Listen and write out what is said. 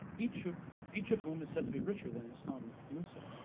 each of each of whom is said to be richer than his son musa.